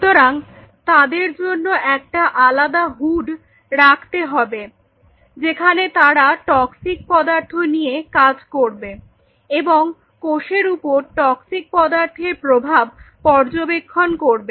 সুতরাং তাদের জন্য একটা আলাদা হুড রাখতে হবে যেখানে তারা টক্সিক পদার্থ নিয়ে কাজ করবে এবং কোষের উপর টক্সিক পদার্থের প্রভাব পর্যবেক্ষণ করবে